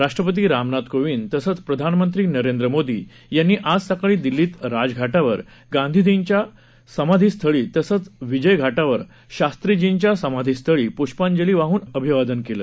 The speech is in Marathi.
राष्ट्रपती रामनाथ कोविंद तसंच प्रधानमंत्री नरेंद्र मोदी यांनी आज सकाळी दिल्लीत राजघाटावर गांधीजींच्या समाधीस्थळी तसंच विजयघाटावर शास्त्रीजींच्या समाधीस्थळी पुष्पांजली वाहून अभिवादन केलं